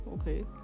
Okay